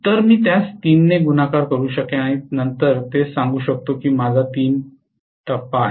तर मी त्यास तीनने गुणाकार करू शकेन आणि नंतर तेच सांगू शकतो की माझा तीन टप्पा आहे